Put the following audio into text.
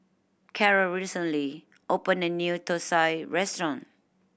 Carrol recently opened a new thosai restaurant